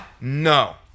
no